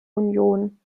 union